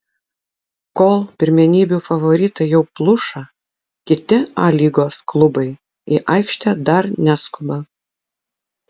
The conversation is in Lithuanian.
kol pirmenybių favoritai jau pluša kiti a lygos klubai į aikštę dar neskuba